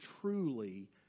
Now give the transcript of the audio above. truly